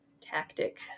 tactic